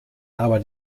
aber